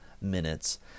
minutes